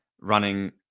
running